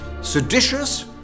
seditious